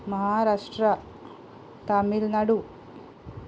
Maharashtra Tamil Nadu